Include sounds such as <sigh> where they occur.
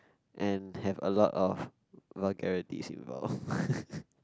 and have a lot of vulgarities involved <laughs>